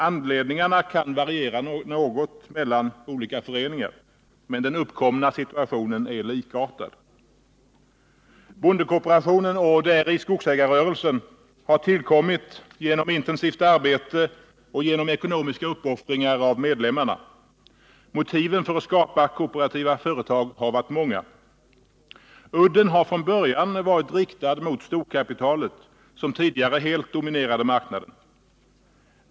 Anledningarna kan variera något mellan olika föreningar, men den uppkomna situationen är likartad. Bondekooperationen och däri skogsägarrörelsen har tillkommit genom intensivt arbete och genom ekonomiska uppoffringar av medlemmarna. Motiven för att skapa kooperativa företag har varit många. Udden har från början varit riktad mot storkapitalet, som tidigare helt dominerade marknaden.